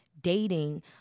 dating